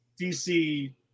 DC